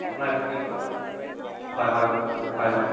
আপোনাৰ এপ্লিকেশ্যন হয় হয় হয় হয়